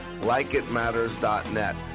likeitmatters.net